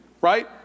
Right